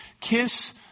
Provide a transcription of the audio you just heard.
Kiss